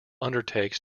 undertakes